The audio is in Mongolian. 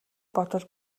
бодвол